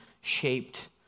shaped